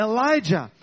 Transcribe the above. Elijah